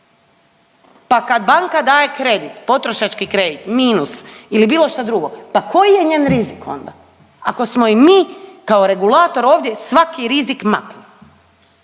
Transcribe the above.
pa kad banka daje kredit, potrošački kredit, minus ili bilo šta drugo, pa koji je njen rizik onda? Ako smo im mi kao regulator ovdje svaki rizik maknuli?